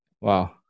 Wow